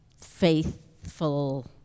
faithful